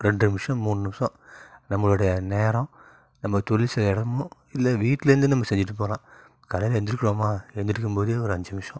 ரெண்டு நிமிஷம் மூண் நிமிஷம் நம்மளுடைய நேரம் நம்ம தொழில் செய்கிற இடமும் இல்லை வீட்லிருந்து நம்ம செஞ்சுட்டு போகலாம் காலையில் எந்திரிக்கிறோமா எந்திரிக்கும்போதே ஒரு அஞ்சு நிமிடம்